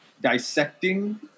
dissecting